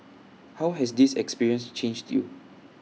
how has this experience changed you